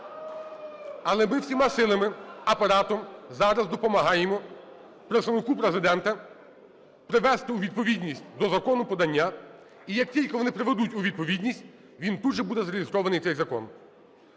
Але ми всіма силами з Апаратом зараз допомагаємо Представнику Президента привести у відповідність до закону подання. І як тільки вони приведуть у відповідність, він тут же буде зареєстрований, цей закон.